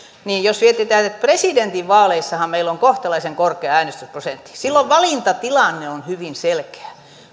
niin jos mietitään että presidentinvaaleissahan meillä on kohtalaisen korkea äänestysprosentti silloin valintatilanne on hyvin selkeä